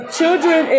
children